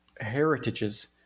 heritages